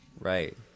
Right